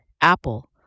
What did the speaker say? Apple